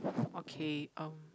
okay um